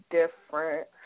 different